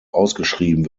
ausgeschrieben